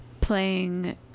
playing